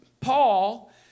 Paul